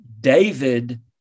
David